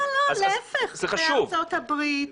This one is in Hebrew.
לא, לא, להיפך, מארצות הברית,